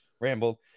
rambled